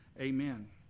Amen